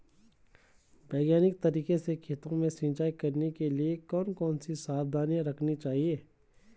वैज्ञानिक तरीके से खेतों में सिंचाई करने के लिए कौन कौन सी सावधानी रखनी चाहिए?